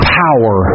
power